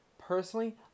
Personally